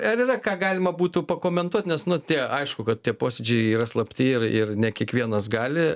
ar yra ką galima būtų pakomentuot nes nu tie aišku kad tie posėdžiai yra slapti ir ir ne kiekvienas gali